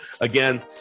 again